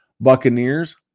Buccaneers